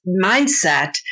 mindset